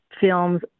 films